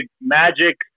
magic